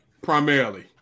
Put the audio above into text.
primarily